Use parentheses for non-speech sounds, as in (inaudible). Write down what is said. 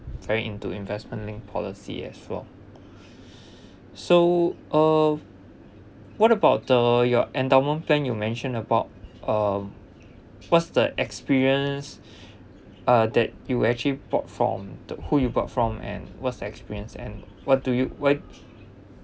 very into investment linked policies as well (breath) so uh what about the your endowment plan you mentioned about uh what's the experience (breath) uh that you will actually bought from th~ who you got from and what's experience and what do you why